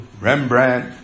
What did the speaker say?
Rembrandt